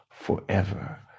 forever